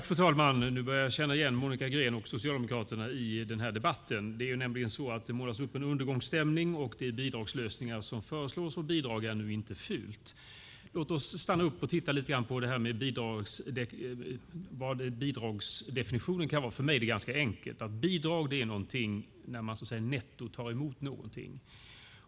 Fru talman! Nu börjar jag känna igen Monica Green och Socialdemokraterna i debatten. Det målas upp en undergångsstämning, bidragslösningar föreslås och bidrag är inte fult. Låt oss titta lite på bidragsdefinitionen. För mig är det ganska enkelt. Bidrag är något man i netto tar emot.